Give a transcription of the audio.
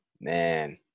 man